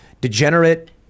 degenerate